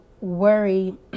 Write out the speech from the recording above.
worry